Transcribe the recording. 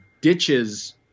ditches